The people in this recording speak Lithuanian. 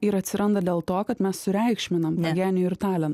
ir atsiranda dėl to kad mes sureikšminam ne genijų ir talintą